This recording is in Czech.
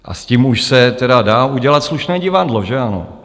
A s tím už se tedy dá udělat slušné divadlo, že ano?